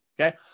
Okay